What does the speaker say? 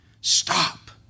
Stop